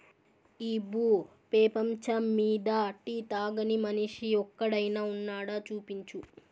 ఈ భూ పేపంచమ్మీద టీ తాగని మనిషి ఒక్కడైనా వున్నాడా, చూపించు